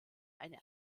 eine